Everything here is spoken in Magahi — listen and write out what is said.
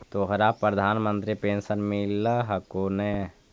तोहरा प्रधानमंत्री पेन्शन मिल हको ने?